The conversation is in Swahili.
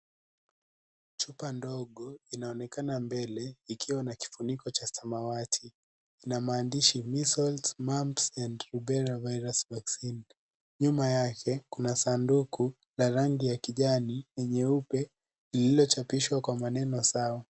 Chupa ndogo inaonekana mbele ikiwa na kifuniko cha samawati, ina maandishi Measles, Mumps, and Rubella Virus Vaccine, nyuma yake kuna sanduku la rangi ya kijani na nyeupe iliyochapishwa kwa maneno sawa.